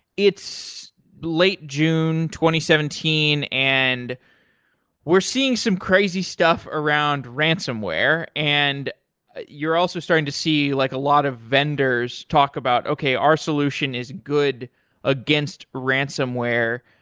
it's late june seventeen and we're seeing some crazy stuff around ransomware and you're also starting to see like a lot of vendors talk about, okay, our solution is good against ransomware.